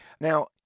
Now